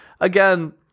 Again